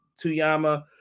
Tuyama